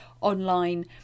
online